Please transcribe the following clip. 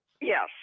Yes